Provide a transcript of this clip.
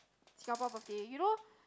Singapore birthday you know